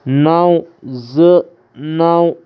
نَو زٕ نَو